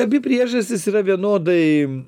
abi priežastys yra vienodai